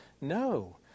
No